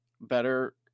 Better